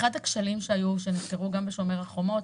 אחד הכשלים שנחקרו גם ב"שומר החומות"